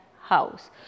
house